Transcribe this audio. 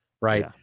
Right